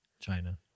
china